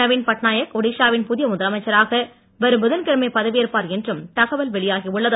நவீன் பட்நாயக் ஒடிஷாவின் புதிய முதலமைச்சராக வரும் புதன்கிழமை பதவியேற்பார் என்றும் தகவல் வெளியாகி உள்ளது